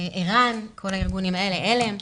ער"ן וכדומה.